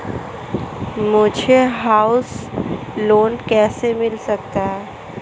मुझे house loan कैसे मिल सकता है?